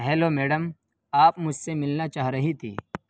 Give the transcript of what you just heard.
hello madam آپ مجھ سے ملنا چاہ رہی تھیں